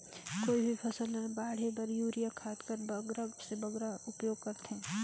कोई भी फसल ल बाढ़े बर युरिया खाद कर बगरा से बगरा उपयोग कर थें?